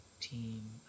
Team